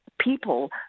people